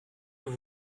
vous